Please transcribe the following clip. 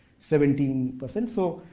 seventeen percent. so,